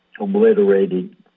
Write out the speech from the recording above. obliterated